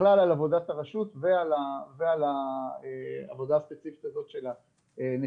בכלל על עבודת הרשות ועל העבודה הספציפית הזו של הנציגים.